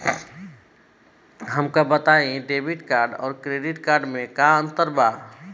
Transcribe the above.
हमका बताई debit card और क्रेडिट कार्ड में का अंतर बा?